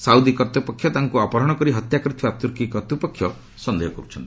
Saudi କର୍ତ୍ତୃପକ୍ଷ ତାଙ୍କୁ ଅପହରଣ କରି ହତ୍ୟା କରିଥିବା ତ୍ୱର୍କୀ କର୍ତ୍ତ୍ୱପକ୍ଷ ସନ୍ଦେହ କରୁଛନ୍ତି